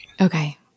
Okay